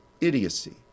idiocy